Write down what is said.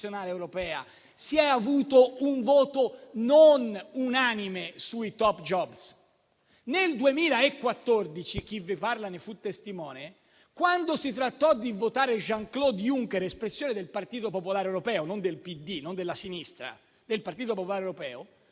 europea si è avuto un voto non unanime sui *top job*; nel 2014 chi vi parla ne fu testimone. Quando si trattò di votare Jean-Claude Juncker, espressione del Partito Popolare Europeo (non del PD, non della sinistra), David Cameron